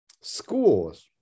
schools